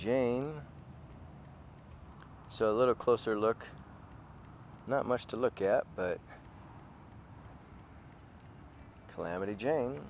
jane so a little closer look not much to look at but calamity jane